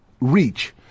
reach